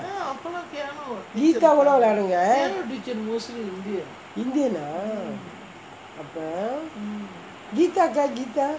guitar கூட விளையாடுங்கே:kuda vilayadungae indian ah அப்பே:appae guitar கா:kaa guitar